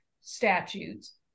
statutes